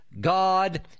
God